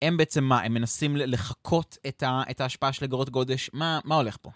הם בעצם מה? הם מנסים לחכות את ההשפעה של אגרות גודש? מה הולך פה?